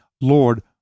Lord